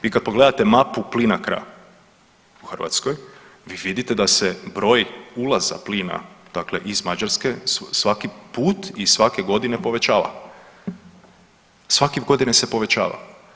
Vi kad pogledate mapu PLINACRO-a u Hrvatskoj vi vidite da se broj ulaza plina, dakle iz Mađarske svaki put i svake godine povećava, svake godine se povećava.